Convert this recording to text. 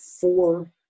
four